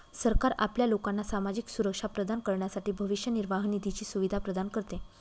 सरकार आपल्या लोकांना सामाजिक सुरक्षा प्रदान करण्यासाठी भविष्य निर्वाह निधीची सुविधा प्रदान करते